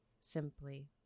simply